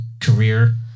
career